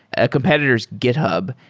a competitor s github,